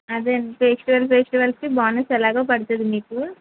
అదే అండి ఫెస్టివల్ ఫెస్టివల్స్కి బోనస్ ఎలాగో పడుతుంది మీకు